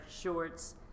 shorts